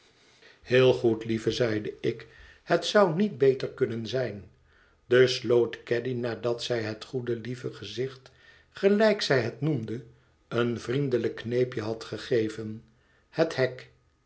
heel goed lieve zeide ik het zou niet beter kunnen zijn dus sloot caddy nadat zij het goede lieve gezicht gelijk zij het noemde een vriendelijk kneepje had gegeven het hek